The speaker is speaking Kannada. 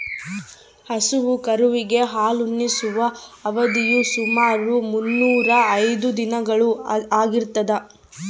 ಹಸು ಕರುವಿಗೆ ಹಾಲುಣಿಸುವ ಅವಧಿಯು ಸುಮಾರು ಮುನ್ನೂರಾ ಐದು ದಿನಗಳು ಆಗಿರ್ತದ